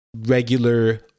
regular